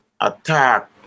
attack